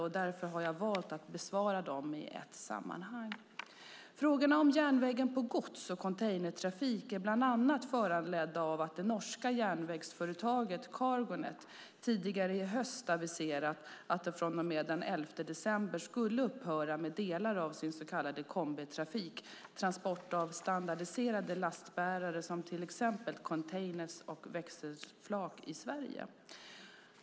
Jag har därför valt att besvara dem i ett sammanhang. Frågorna om järnvägens gods och containertrafik är bland annat föranledda av att det norska järnvägsföretaget Cargo Net tidigare i höst aviserat att det från och med den 11 december skulle upphöra med delar av sin så kallade kombitrafik i Sverige, det vill säga transport av standardiserade lastbärare som till exempel containrar och växelflak.